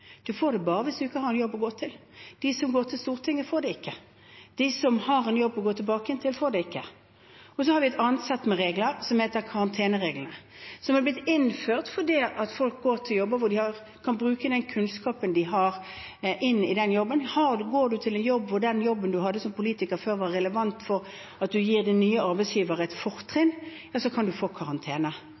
De som har en jobb å gå tilbake til, får det ikke. Så har vi et annet sett med regler som heter karanteneregler, som er blitt innført fordi folk går til jobber hvor de kan bruke den kunnskapen de har. Går man til en jobb hvor den jobben man før hadde som politiker, er relevant fordi du gir din nye arbeidsgiver et fortrinn, kan man få karantene.